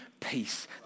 peace